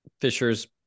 Fisher's